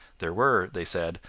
there were, they said,